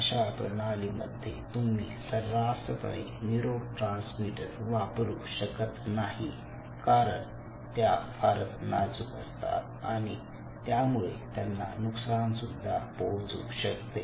अशा प्रणाली मध्ये तुम्ही सर्रासपणे न्यूरोट्रान्समीटर वापरू शकत नाही कारण त्या फारच नाजूक असतात आणि त्यामुळे त्यांना नुकसान सुद्धा पोहोचू शकते